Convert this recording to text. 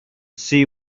see